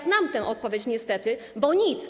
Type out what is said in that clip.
Znam tę odpowiedź niestety, bo nic.